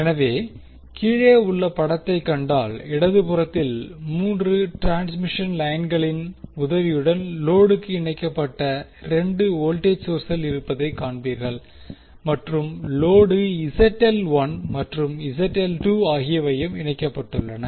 எனவே கீழே உள்ள படத்தைக் கண்டால் இடதுபுறத்தில் 3 டிரான்ஸ்மிஷன் லைன்களின் உதவியுடன் லோடுக்கு இணைக்கப்பட்ட 2 வோல்டேஜ் சோர்ஸ்கள் இருப்பதைக் காண்பீர்கள் மற்றும் லோடு மற்றும் ஆகியவையும் இணைக்கப்பட்டுள்ளன